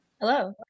Hello